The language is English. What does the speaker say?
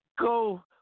go